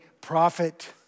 prophet